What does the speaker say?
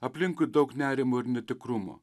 aplinkui daug nerimo ir netikrumo